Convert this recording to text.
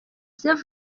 saint